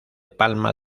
palma